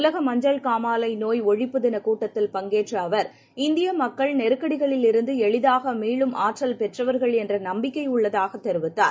உலக மஞ்சள் காமாலைநோய் ஒழிப்பு தினகூட்டத்தில் பங்கேற்றஅவர் இந்தியமக்கள் நெருக்கடிகளில் இருந்துஎளிதாகமீளும் ஆற்றல் பெற்றவர்கள் என்றநம்பிக்கைஉள்ளதாகதெரிவித்தார்